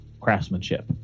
craftsmanship